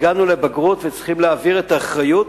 הגענו לבגרות וצריך להעביר את האחריות,